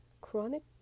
chronic